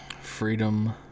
Freedom